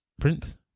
Prince